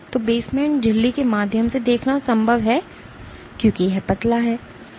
तो यह बेसमेंट झिल्ली के माध्यम से देखना संभव है क्योंकि यह पतला है